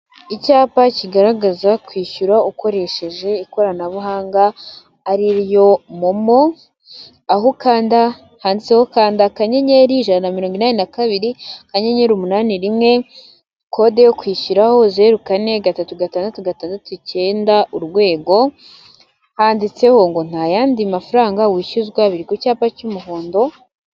Icyapa kigaragaza kwishyura ukoresheje ikoranabuhanga ariryo Momo, aho ukanda, handitseho kanda akanyenyeri, ijana na mirongo inani na kabiri, akayenyeri, umunani, rimwe, kode yo kwishyuriraho, zero kane, gatatu, gatandatu, gatandatu, icyenda, urwego. Handitseho ngo nta yandi mafaranga wishyuzwa, biri ku cyapa cy'umuhondo.